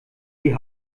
die